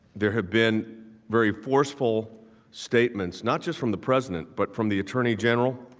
there have been very forceful statements. not just from the president but from the attorney general.